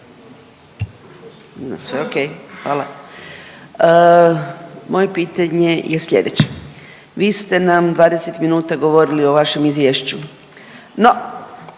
Sve ok, hvala. Moje pitanje je slijedeće, vi ste nam 20 minuta govorili o vašem izvješću